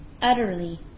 utterly